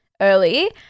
early